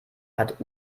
hat